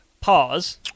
Pause